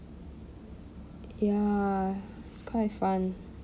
ya it's quite fun